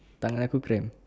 tangan aku cramp